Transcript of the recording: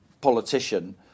politician